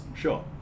sure